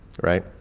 right